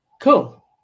Cool